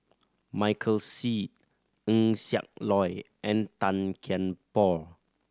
Michael Seet Eng Siak Loy and Tan Kian Por